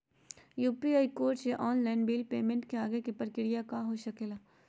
UPI code से online bill payment के आगे के प्रक्रिया का हो सके ला?